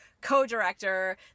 co-director